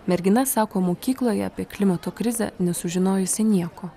mergina sako mokykloje apie klimato krizę nesužinojusi nieko